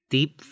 Deep